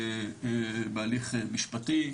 בהליך משפטי,